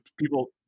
people